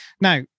Now